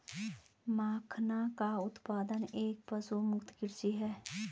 मखाना का उत्पादन एक पशुमुक्त कृषि है